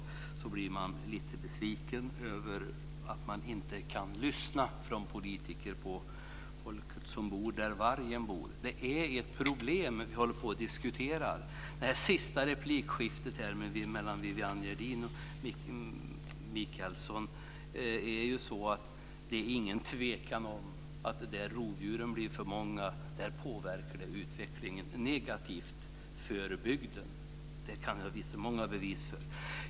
Man blir lite besviken över att politiker inte kan lyssna på folket som bor där vargen bor. Det är ett problem vi diskuterar. Det senaste replikskiftet var mellan Viviann Gerdin och Maggi Mikaelsson. Det är ju ingen tvekan om att där rovdjuren blir för många påverkar det utvecklingen negativt för bygden. Det har jag många bevis för.